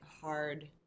hard